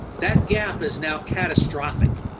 that gap is now catastrophic.